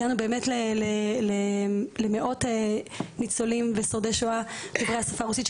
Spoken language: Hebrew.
הגענו למאות ניצולים ושורדי שואה דוברי השפה הרוסית,